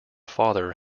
father